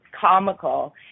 comical